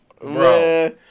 Bro